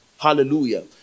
Hallelujah